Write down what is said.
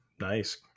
Nice